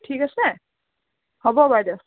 ঠিক আছে হ'ব বাইদেউ